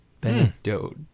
Benedetto